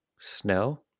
Snow